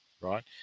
Right